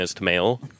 male